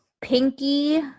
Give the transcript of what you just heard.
pinky